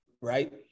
right